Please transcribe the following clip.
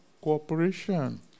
Cooperation